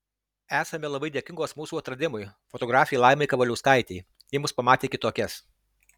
esame labai dėkingos mūsų atradimui fotografei laimai kavaliauskaitei ji mus pamatė kitokias